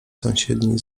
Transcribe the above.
sąsiedni